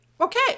Okay